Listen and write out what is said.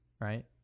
Right